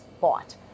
bought